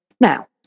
now